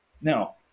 Now